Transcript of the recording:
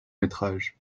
métrage